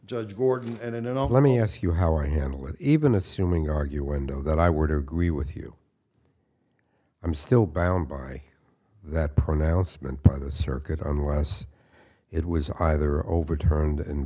judge gordon and in all let me ask you how i handle it even assuming argue window that i would agree with you i'm still bound by that pronouncement by the circuit unless it was either overturned in